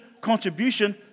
contribution